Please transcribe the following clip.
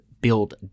build